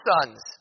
sons